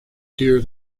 deer